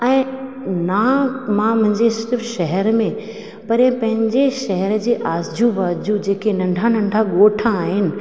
ऐं ना मां मुंहिंजे सिर्फ़ु शहर में परे पंहिंजे शहर खे आजू बाजू जेके नंढा नंढा ॻोठ आहिनि